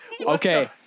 okay